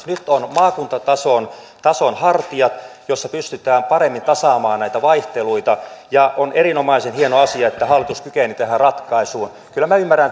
nyt on maakuntatason hartiat jolloin pystytään paremmin tasaamaan näitä vaihteluita ja on erinomaisen hieno asia että hallitus kykeni tähän ratkaisuun kyllä minä ymmärrän